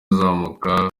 uzamuka